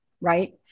right